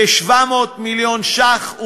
כ-700 מיליון ש"ח,